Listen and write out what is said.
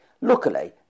Luckily